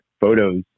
photos